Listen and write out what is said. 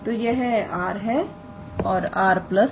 तो यह 𝑟⃗ है और 𝑟⃗𝛿𝑟⃗ है